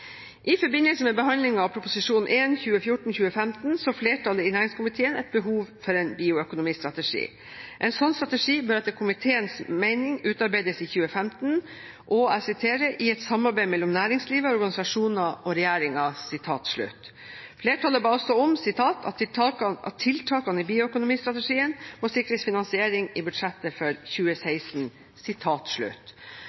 I forbindelse med behandlingen av Prop. 1 S for 2014–2015 så flertallet i næringskomiteen et behov for en bioøkonomistrategi. En slik strategi bør etter komiteens mening utarbeides i 2015, og «i et samarbeid mellom næringslivet, organisasjoner og regjeringen». Flertallet ba også om at «tiltakene i bioøkonomistrategien må sikres finansiering i budsjettet for 2016».